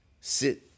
sit